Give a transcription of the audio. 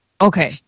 Okay